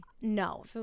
No